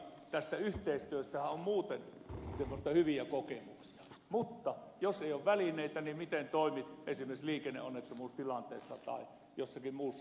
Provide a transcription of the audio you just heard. tästä yhteistyöstähän on muuten hyviä kokemuksia mutta jos ei ole välineitä niin miten toimit esimerkiksi liikenneonnettomuustilanteissa tai jossakin muussa hätätilanteessa